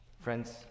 Friends